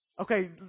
Okay